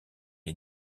est